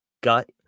gut